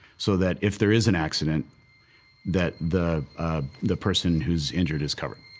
so that if there is an accident that the the person who's injured is covered.